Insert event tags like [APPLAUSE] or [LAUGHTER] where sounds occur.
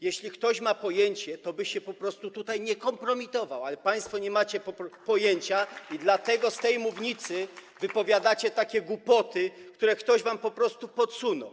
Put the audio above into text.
Jeśli ktoś miałby pojęcie, toby się po prostu tutaj nie kompromitował, ale państwo nie macie pojęcia [APPLAUSE] i dlatego z tej mównicy wypowiadacie takie głupoty, które ktoś wam po prostu podsunął.